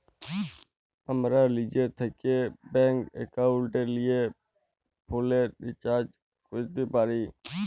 আমরা লিজে থ্যাকে ব্যাংক একাউলটে লিয়ে ফোলের রিচাজ ক্যরতে পারি